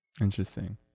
Interesting